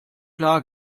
klar